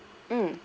mm